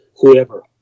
whoever